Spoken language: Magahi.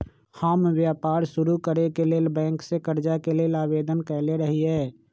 हम व्यापार शुरू करेके लेल बैंक से करजा के लेल आवेदन कयले रहिये